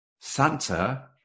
santa